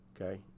okay